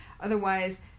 Otherwise